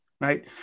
right